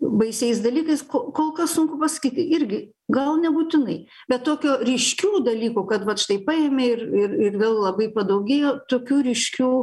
baisiais dalykais kol kas sunku pasakyt irgi gal nebūtinai bet tokio ryškių dalykų kad vat štai paimi ir ir ir vėl labai padaugėjo tokių ryškių